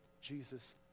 Jesus